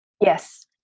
Yes